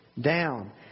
down